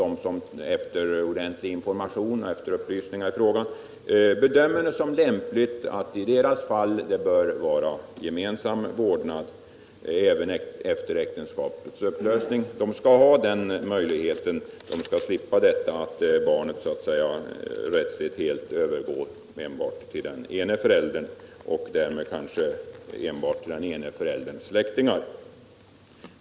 De som efter ordentlig information bedömer det som lämpligt i deras fall med gemensam vårdnad även efter äktenskapets upplösning skall ha den möjligheten att slippa, att barnet rättsligt så att säga helt övergår till den ene föräldern, och därmed kanske enbart får kontakt med den ene föräldern och dennas släktingar.